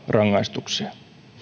rangaistuksia